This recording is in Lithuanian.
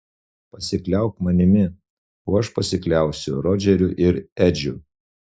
pasikliauk manimi o aš pasikliausiu rodžeriu ir edžiu